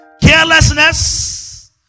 carelessness